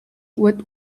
with